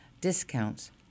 discounts